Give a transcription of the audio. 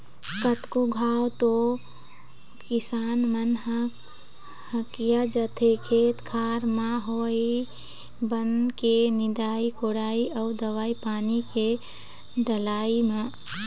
कतको घांव तो किसान मन ह हकिया जाथे खेत खार म होवई बन के निंदई कोड़ई अउ दवई पानी के डलई म